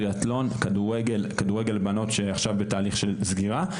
טריאתלון, כדורגל בנות, עכשיו בתהליך של סגירה,